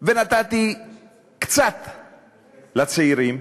ונתתי קצת לצעירים,